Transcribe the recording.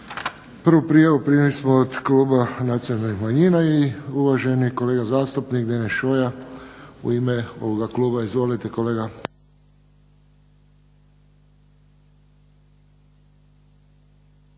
Prvu prijavu primili smo od kluba nacionalnih manjina i uvaženi kolega zastupnik Deneš Šoja, u ime ovoga kluba. Izvolite kolega.